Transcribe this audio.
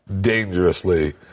dangerously